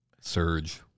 Surge